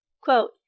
Quote